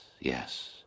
yes